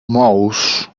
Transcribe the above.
mouse